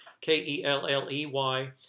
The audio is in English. K-E-L-L-E-Y